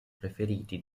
preferiti